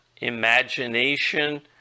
imagination